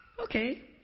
Okay